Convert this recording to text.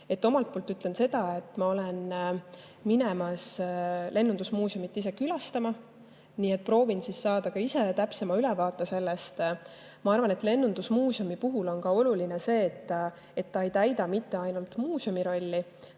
Omalt poolt ütlen seda, et mul on plaanis minna lennundusmuuseumi külastama, nii et proovin ka ise saada täpsema ülevaate sellest. Ma arvan, et lennundusmuuseumi puhul on oluline seegi, et ta ei täida mitte ainult muuseumi rolli,